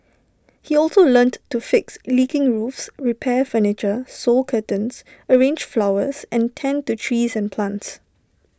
he also learnt to fix leaking roofs repair furniture sew curtains arrange flowers and tend to trees and plants